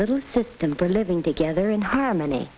little system for living together in harmony